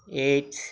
H